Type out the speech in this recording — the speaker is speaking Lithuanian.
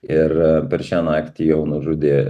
ir per šią naktį jau nužudė